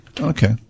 Okay